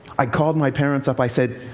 i called my parents up. i said,